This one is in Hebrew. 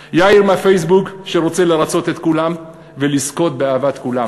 יאיר: יאיר מהפייסבוק שרוצה לרצות את כולם ולזכות באהבת כולם